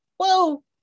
whoa